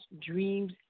dreams